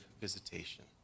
visitation